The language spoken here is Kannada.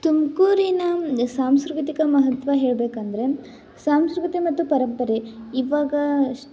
ತುಮಕೂರಿನ ಸಾಂಸ್ಕೃತಿಕ ಮಹತ್ವ ಹೇಳಬೇಕಂದ್ರೆ ಸಂಸ್ಕೃತಿ ಮತ್ತು ಪರಂಪರೆ ಇವಾಗ